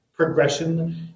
Progression